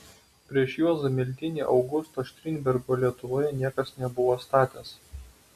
prieš juozą miltinį augusto strindbergo lietuvoje niekas nebuvo statęs